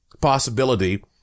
possibility